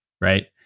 right